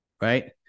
right